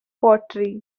pottery